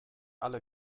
alle